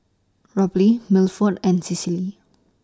Robley Milford and Cecily